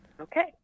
Okay